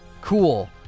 cool